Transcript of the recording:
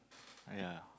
oh yeah